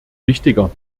wichtiger